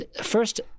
First